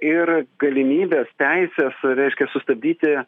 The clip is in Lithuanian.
ir galimybės teisės reiškias sustabdyti